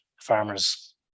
farmers